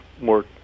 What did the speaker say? more